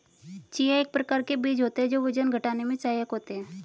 chia एक प्रकार के बीज होते हैं जो वजन घटाने में सहायक होते हैं